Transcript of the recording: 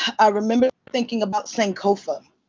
i remember thinking about sankofa,